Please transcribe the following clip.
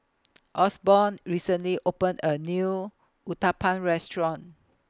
Osborn recently opened A New Uthapam Restaurant